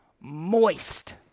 Moist